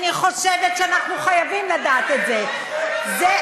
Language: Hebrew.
אני חושבת שאנחנו חייבים לדעת את זה.